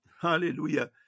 Hallelujah